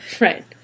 Right